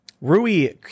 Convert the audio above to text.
Rui